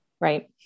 right